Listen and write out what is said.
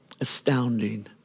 astounding